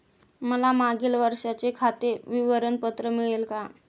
मला मागील वर्षाचे खाते विवरण पत्र मिळेल का?